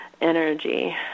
energy